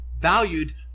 valued